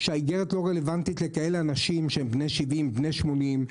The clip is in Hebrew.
הוא שהאיגרת לא רלוונטית לאנשים בני 70-80,